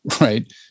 right